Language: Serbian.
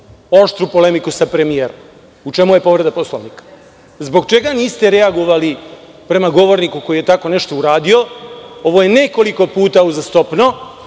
oštru polemiku sa premijerom. U čemu je povreda Poslovnika? Zbog čega niste reagovali prema govorniku koji je tako nešto uradio? Ovo je nekoliko puta uzastopno.